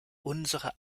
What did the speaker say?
unsere